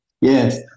Yes